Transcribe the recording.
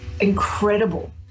incredible